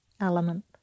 element